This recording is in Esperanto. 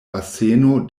baseno